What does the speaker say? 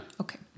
Okay